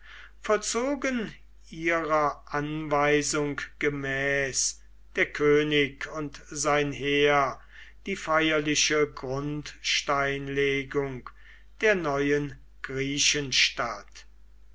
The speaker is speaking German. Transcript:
vollzogen ihrer anweisung gemäß der könig und sein heer die feierliche grundsteinlegung der neuen